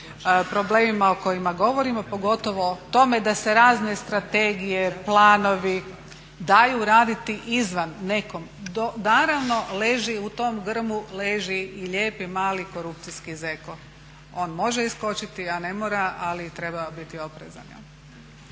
problemima o kojima govorimo, pogotovo o tome da se razne strategije, planovi daju raditi izvan nekom, naravno leži, u tom grmu leži i lijepi mali korupcijski zeko. On može iskočiti a ne mora ali treba biti oprezan.